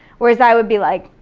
whereas i would be like,